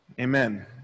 Amen